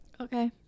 Okay